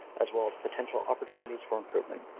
as well as potential opportunities for improvement.